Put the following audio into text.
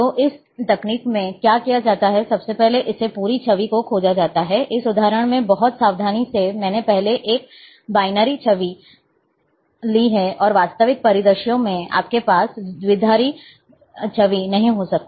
तो इस तकनीक में क्या किया जाता है सबसे पहले इस पूरी छवि को खोजा जाता है इस उदाहरण में बहुत सावधानी से मैंने पहले एक द्विआधारी छवि ली है और वास्तविक परिदृश्यों में आपके पास द्विआधारी छवि नहीं हो सकती है